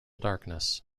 darkness